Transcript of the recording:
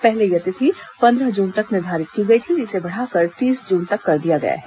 पहले यह तिथि पंद्रह जून तक निर्धारित की गई थी जिसे बढ़ाकर तीस जून तक कर दिया गया है